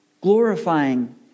glorifying